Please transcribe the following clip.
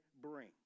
bring